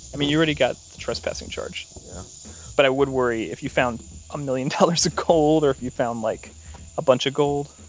i mean you already got the trespassing charge yeah but i would worry if you found a million dollars of gold or if you found like a bunch of gold.